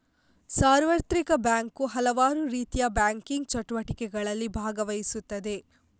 ಸಾರ್ವತ್ರಿಕ ಬ್ಯಾಂಕು ಹಲವಾರುರೀತಿಯ ಬ್ಯಾಂಕಿಂಗ್ ಚಟುವಟಿಕೆಗಳಲ್ಲಿ ಭಾಗವಹಿಸುತ್ತದೆ